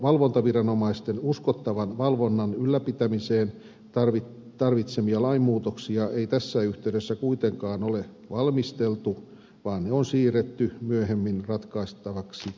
valvontaviranomaisten uskottavan valvonnan ylläpitämiseen tarvitsemia lainmuutoksia ei tässä yhteydessä kuitenkaan ole valmisteltu vaan ne on siirretty myöhemmin ratkaistaviksi kysymyksiksi